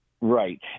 Right